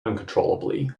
uncontrollably